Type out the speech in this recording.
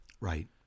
right